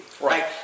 Right